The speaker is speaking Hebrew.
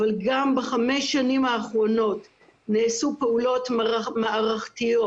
אבל גם בחמש השנים האחרונות נעשו פעולות מערכתיות,